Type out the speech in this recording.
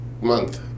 month